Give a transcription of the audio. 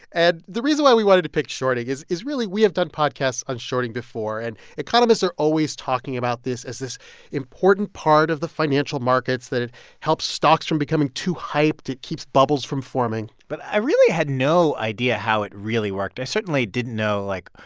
and the reason why we wanted to pick shorting is, really, we have done podcasts on shorting before, and economists are always talking about this as this important part of the financial market that it helps stocks from becoming too hyped. it keeps bubbles from forming but i really had no idea how it really worked. i certainly didn't know, like,